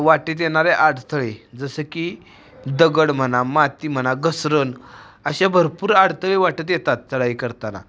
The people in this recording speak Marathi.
वाटेत येणारे अडथळे जसं की दगड म्हणा माती म्हणा घसरण असे भरपूर अडथळे वाटेत येतात चढाई करताना